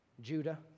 Judah